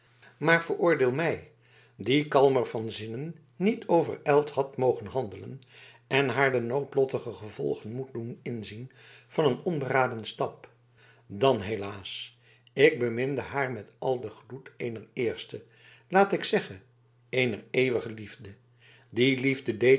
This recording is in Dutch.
maar veroordeel mij die kalmer van zinnen niet overijld had mogen handelen en haar de noodlottige gevolgen moeten doen inzien van een onberaden stap dan helaas ik beminde haar met al den gloed eener eerste laat ik zeggen eener eeuwige liefde die liefde